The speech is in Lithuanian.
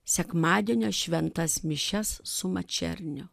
sekmadienio šventas mišias su mačerniu